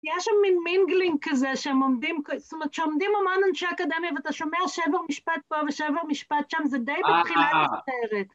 יש שם מין מינגלינג כזה, שהם עומדים, זאת אומרת, שעומדים המון אנשי אקדמיה ואתה שומע שבר משפט פה ושבר משפט שם, זה די בתחילה של הסרט.